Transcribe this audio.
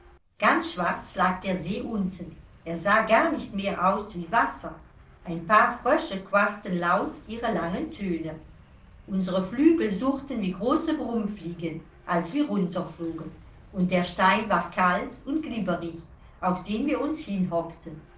ganz schwarz lag der see unten er sah garnicht mehr aus wie wasser ein paar frösche quarrten laut ihre langen töne unsre flügel surrten wie große brummfliegen als wir runterflogen und der stein war kalt und glibberig auf den wir uns